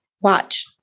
watch